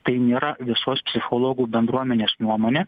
tai nėra visos psichologų bendruomenės nuomonė